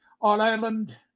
All-Ireland